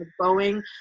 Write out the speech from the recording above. Boeing